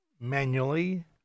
manually